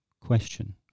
question